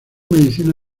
medicina